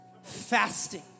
fasting